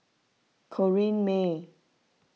Corrinne May